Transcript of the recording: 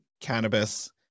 cannabis